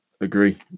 agree